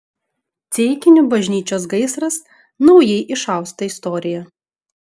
ceikinių bažnyčios gaisras naujai išausta istorija